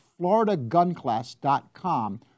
floridagunclass.com